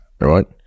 right